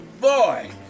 boy